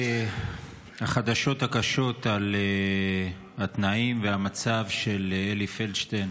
החדשות הקשות על התנאים והמצב של אלי פלדשטיין